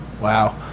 Wow